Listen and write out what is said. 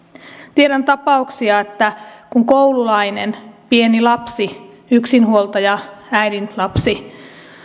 tiedän tapauksia että koululainen pieni lapsi yksinhuoltajaäidin lapsi